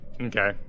Okay